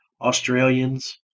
Australians